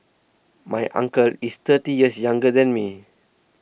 my uncle is thirty years younger than me